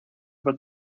what